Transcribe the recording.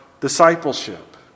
discipleship